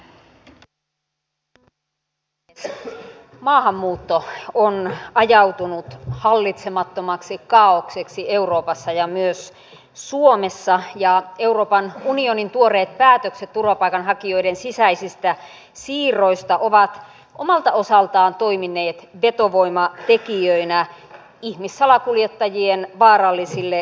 maahanmuutto on ajautunut hallitsemattomaksi kaaokseksi euroopassa ja myös suomessa ja euroopan unionin tuoreet päätökset turvapaikanhakijoiden sisäisistä siirroista ovat omalta osaltaan toimineet vetovoimatekijöinä ihmissalakuljettajien vaarallisille reiteille